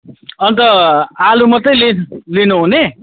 अन्त आलु मात्रै लि लिनु हुने